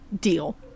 Deal